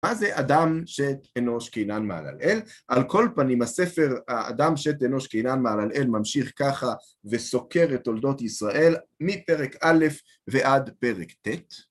מה זה אדם שתנוש כענן מעל על אל? על כל פנים הספר, אדם שתנוש כענן מעל על אל ממשיך ככה וסוקר את הולדות ישראל מפרק א' ועד פרק ת'.